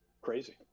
crazy